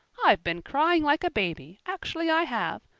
i've been crying like a baby, actually i have.